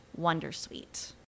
wondersuite